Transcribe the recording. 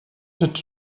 wanted